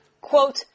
Quote